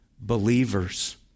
believers